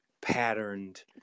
patterned